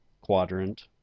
quadrant